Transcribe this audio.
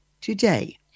today